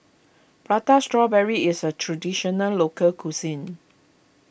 Prata Strawberry is a Traditional Local Cuisine